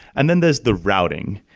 and then there's the routing.